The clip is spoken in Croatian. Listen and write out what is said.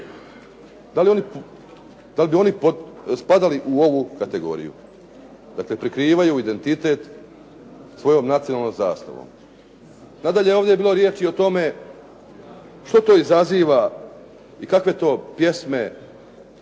da li bi oni spadali u ovu kategoriju? Dakle, prekrivaju identitet svojom nacionalnom zastavom. Nadalje, ovdje je bilo riječi o tome što to izaziva i kakve to pjesme